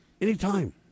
anytime